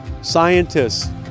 scientists